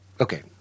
Okay